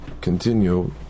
continue